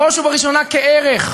ראשית, צריך להודות ולהעריך